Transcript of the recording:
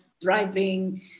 driving